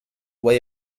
way